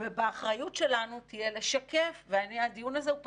ובאחריות שלנו יהיה לשקף, והדיון הזה הוא פתוח,